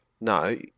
No